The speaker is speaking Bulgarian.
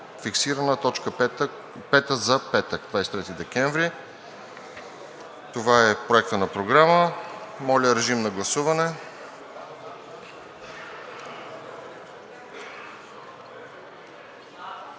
Това е Проектът на програма. Моля, режим на гласуване.